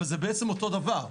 אבל זה בעצם אותו דבר.